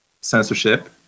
censorship